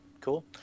cool